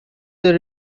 they